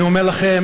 אני אומר לכם,